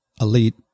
elite